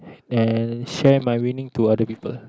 then share my winning to other people